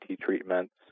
treatments